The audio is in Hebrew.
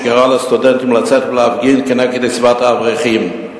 שקרא לסטודנטים לצאת ולהפגין כנגד קצבת האברכים.